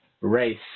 race